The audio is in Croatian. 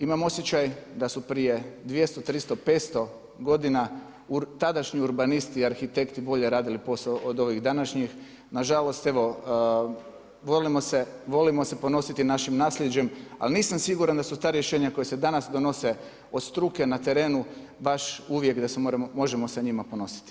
Imam osjećaj da su prije 200, 300, 500 godina tadašnji urbanisti, arhitekti bolje radili posao od ovih današnjih, nažalost, evo volimo se ponositi naših nasljeđem ali nisam siguran da su ta rješenja koja se danas donose od struke na terenu baš, da se uvijek možemo sa njima ponositi.